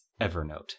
Evernote